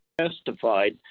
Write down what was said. testified